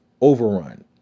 overrun